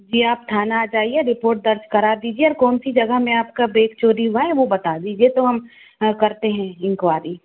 जी आप थाना आ जाइए रिपोर्ट दर्ज करा दीजिए और कौन सी जगह में आपका बेग चोरी हुआ है वो बता दीजिए तो हम करते हैं इंक्वायरी